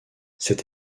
cet